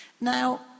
Now